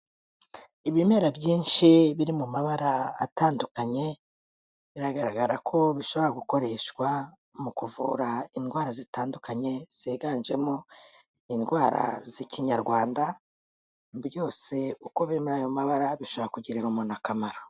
Ibimera byinshi biri mu mabara atandukanye, biragaragara ko bishobora gukoreshwa mu kuvura indwara zitandukanye, ziganjemo indwara z'ikinyarwanda, byose uko biri muri ayo mabara bishobora kugirira umuntu akamaro.